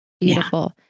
beautiful